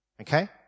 Okay